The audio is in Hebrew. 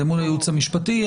למול הייעוץ המשפטי.